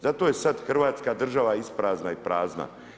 Zato je sad Hrvatska država isprazna i prazna.